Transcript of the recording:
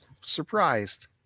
surprised